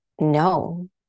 no